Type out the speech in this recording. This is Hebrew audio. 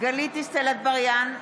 גלית דיסטל אטבריאן,